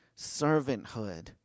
servanthood